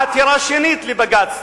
עתירה שנית לבג"ץ.